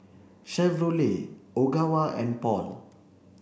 Chevrolet Ogawa and Paul